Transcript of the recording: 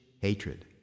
hatred